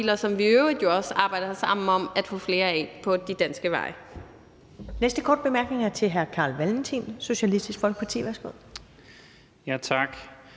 som vi i øvrigt også arbejder sammen om at få flere af på de danske veje.